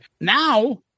Now